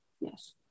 Yes